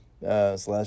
slash